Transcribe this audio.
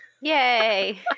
Yay